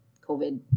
covid